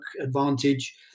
advantage